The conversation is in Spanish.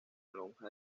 lonja